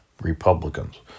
Republicans